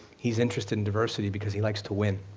he's interested in diversity because he likes to win.